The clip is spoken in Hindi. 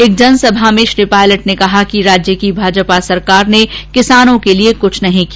एक जनसभा को सम्बोधित करते हुए श्री पायलट ने कहा कि राज्य की भाजपा सरकार ने किसानों के लिए कुछ नहीं किया